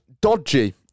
dodgy